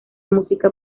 música